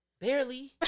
barely